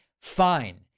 fine